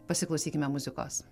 pasiklausykime muzikos